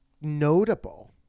notable